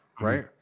right